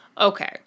Okay